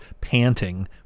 panting